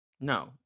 No